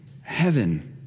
heaven